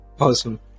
Awesome